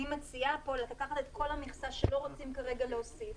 אני מציעה פה לקחת את כל המכסה שלא רוצים כרגע להוסיף,